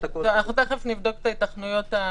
תיכף נבדוק את ההתכנויות הטכנולוגיות.